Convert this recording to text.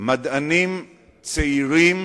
מדענים צעירים